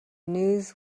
news